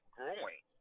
growing